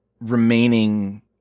remaining